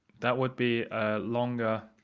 that would be a longer